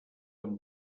amb